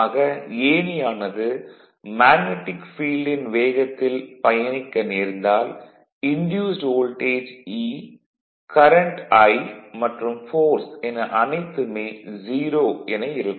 ஆக ஏணியானது மேக்னடிக் ஃபீல்டின் வேகத்தில் பயணிக்க நேர்ந்தால் induced voltage E current I மற்றும் ஃபோர்ஸ் என அனைத்துமே 0 என இருக்கும்